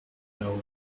know